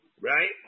right